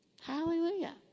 Hallelujah